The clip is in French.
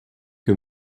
que